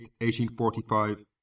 1845